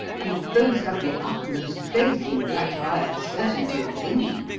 and both have the utmost faith in black riot's certainty of winning.